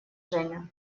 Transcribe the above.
женя